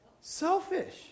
selfish